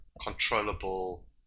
controllable